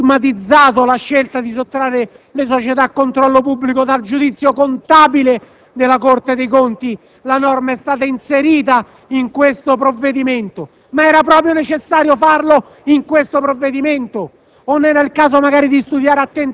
le cronache abbiano stigmatizzato la scelta di sottrarre le società a controllo pubblico dal giudizio contabile della Corte dei conti, la norma è stata inserita in questo provvedimento. Ma era proprio necessario farlo in questo provvedimento